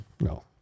No